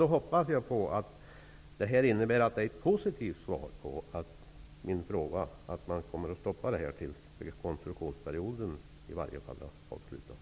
Jag hoppas att detta är ett positivt svar på min fråga och att det här kommer att stoppas, i varje fall tills rekonstruktionsperioden är avslutad.